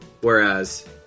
Whereas